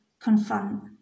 confront